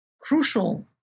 crucial